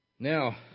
Now